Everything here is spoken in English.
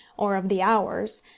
or of the hours,